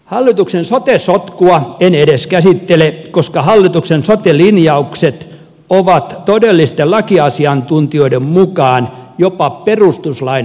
hallituksen sote sotkua en edes käsittele koska hallituksen sote linjaukset ovat todellisten lakiasiantuntijoiden mukaan jopa perustuslain vastaisia